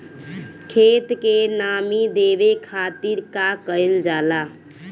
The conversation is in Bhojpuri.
खेत के नामी देवे खातिर का कइल जाला?